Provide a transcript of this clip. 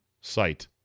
site